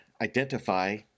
identify